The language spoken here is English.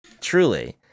truly